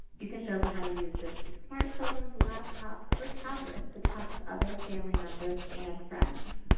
you can show them how to use this through smart phones, laptops or tablets to talk with other family members and friends.